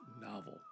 novel